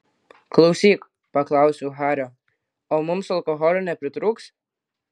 klausyk paklausiau hario o mums alkoholio nepritrūks